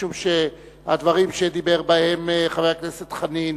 משום שהדברים שדיברו בהם חבר הכנסת חנין